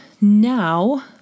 now